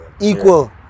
equal